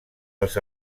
els